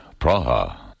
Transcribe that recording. Praha